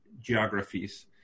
geographies